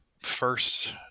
first